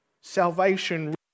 salvation